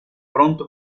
pronto